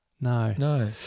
no